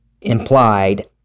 implied